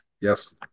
Yes